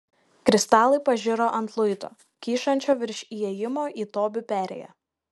kristalai pažiro ant luito kyšančio virš įėjimo į tobių perėją